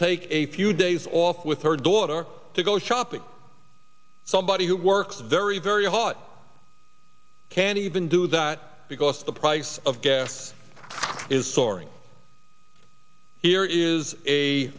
take a few days off with her daughter to go shopping somebody who works very very hot can't even do that because the price of gas is soaring here is a